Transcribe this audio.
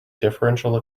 differential